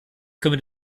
können